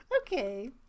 okay